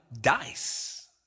dice